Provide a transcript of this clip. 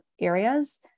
areas